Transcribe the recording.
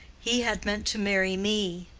he had meant to marry me.